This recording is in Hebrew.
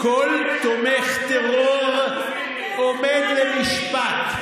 כל תומך טרור עומד למשפט.